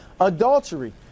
adultery